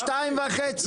שתיים וחצי,